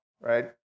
right